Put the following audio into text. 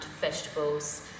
vegetables